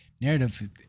narrative